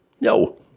No